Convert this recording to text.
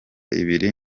ibiri